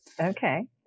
Okay